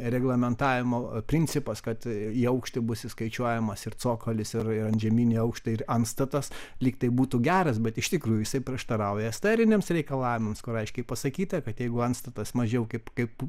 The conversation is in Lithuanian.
reglamentavimo principas kad į aukštį bus įskaičiuojamas ir cokolis ir ir antžeminiai aukštai ir antstatas lyg tai būtų geras bet iš tikrųjų jisai prieštarauja esteriniams reikalavimams kur aiškiai pasakyta kad jeigu antstatas mažiau kaip kaip